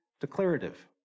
declarative